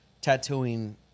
tattooing